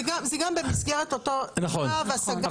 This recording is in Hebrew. זה גם במסגרת אותה השגה --- נכון,